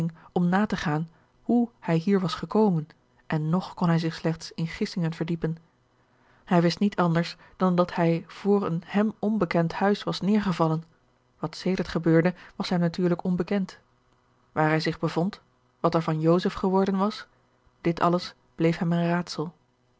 om na te gaan hoe hij hier was gekomen en nog kon hij zich slechts in gissingen verdiepen hij wist niet anders dan dat hij voor een hem onbekend huis was neêrgevallen wat sedert gebeurde was hem natuurlijk onbekend waar hij zich bevond wat er van joseph geworden was dit alles bleef hem een raadsel